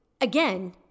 again